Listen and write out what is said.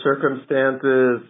circumstances